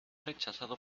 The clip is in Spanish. rechazado